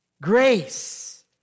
grace